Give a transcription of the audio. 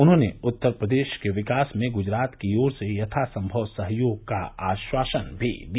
उन्होंने उत्तर प्रदेश के विकास में गुजरात की ओर से यथासम्भव सहयोग का आश्वासन भी दिया